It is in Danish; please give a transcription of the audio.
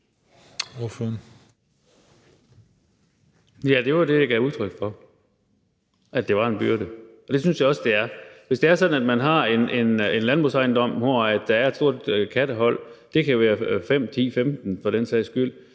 Ja, det var det, jeg gav udtryk for, altså at det var en byrde, og det synes jeg også det er. Hvis det er sådan, at man har en landbrugsejendom, hvor der et stort kattehold – det kan være 5, 10, 15 stykker for den sags skyld